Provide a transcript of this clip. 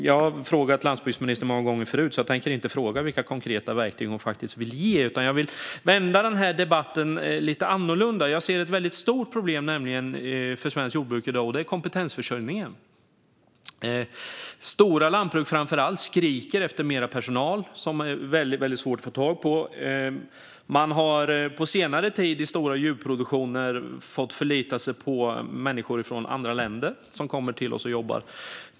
Jag har frågat landsbygdsministern många gånger förut vilka konkreta verktyg hon vill ge, så jag tänker inte fråga det nu, utan jag vill vända debatten lite annorlunda. Jag ser ett väldigt stort problem för svenskt jordbruk i dag, och det gäller kompetensförsörjningen. Framför allt stora lantbruk skriker efter mer personal, som är väldigt svår att få tag på. Man har på senare tid i stora djurproduktioner fått förlita sig på människor från andra länder som kommer till Sverige och jobbar.